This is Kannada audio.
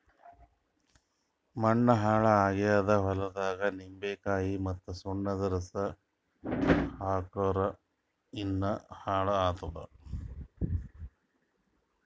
ಮಣ್ಣ ಹಾಳ್ ಆಗಿದ್ ಹೊಲ್ದಾಗ್ ನಿಂಬಿಕಾಯಿ ಮತ್ತ್ ಸುಣ್ಣದ್ ರಸಾ ಹಾಕ್ಕುರ್ ಇನ್ನಾ ಹಾಳ್ ಆತ್ತದ್